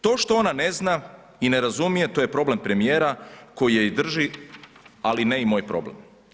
To što ona ne zna i ne razumije, to je problem premijera koji je i drži ali ne i moj problem.